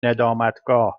ندامتگاه